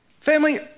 Family